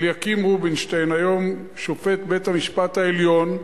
אליקים רובינשטיין, היום שופט בית-המשפט העליון,